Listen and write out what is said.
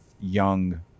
Young